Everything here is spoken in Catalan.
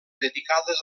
dedicades